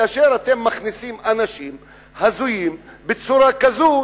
כאשר אתם מכניסים אנשים הזויים בצורה כזאת,